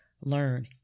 learn